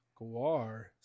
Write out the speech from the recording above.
Guar